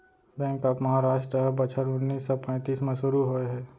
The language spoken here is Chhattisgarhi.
बेंक ऑफ महारास्ट ह बछर उन्नीस सौ पैतीस म सुरू होए हे